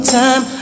time